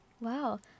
Wow